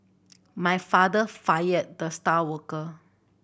my father fired the star worker